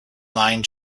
line